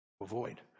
Avoid